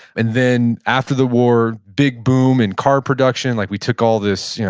and then after the war, big boom in car production, like we took all this